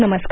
नमस्कार